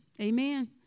amen